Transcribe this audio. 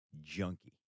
junkie